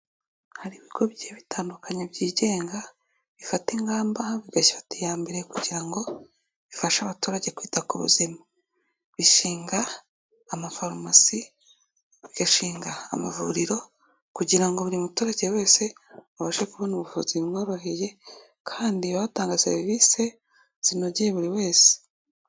Hari ibigo bigiye bitandukanye byigenga, bifata ingamba bigafata iya mbere kugira ngo bifashe abaturage kwita ku buzima, bishinga amafarumasi, bigashinga amavuriro kugira ngo buri muturage wese abashe kubona ubuvuzi bumworoheye kandi baba batanga serivisie zinogeye buri wese.